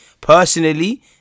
personally